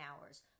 hours